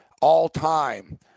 all-time